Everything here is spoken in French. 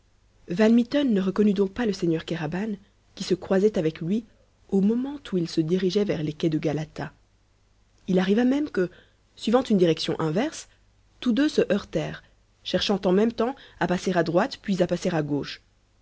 van mitten ne reconnut donc pas le seigneur kéraban qui se croisait avec lui au moment où il se dirigeait vers les quais de galata il arriva même que suivant une direction inverse tous deux se heurtèrent cherchant en même temps à passer à droite puis à passer à gauche